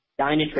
Dynatrace